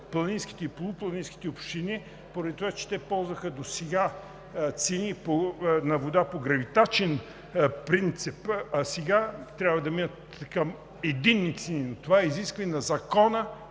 планинските и полупланинските общини, поради това че досега те ползваха цени на вода по гравитачен принцип, а сега трябва да минат към единни цени. Това е изискване на Закона,